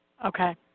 Okay